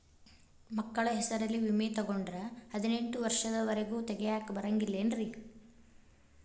ಮಕ್ಕಳ ಹೆಸರಲ್ಲಿ ವಿಮೆ ತೊಗೊಂಡ್ರ ಹದಿನೆಂಟು ವರ್ಷದ ಒರೆಗೂ ತೆಗಿಯಾಕ ಬರಂಗಿಲ್ಲೇನ್ರಿ?